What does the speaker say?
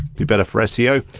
be better for seo.